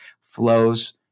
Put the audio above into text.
flows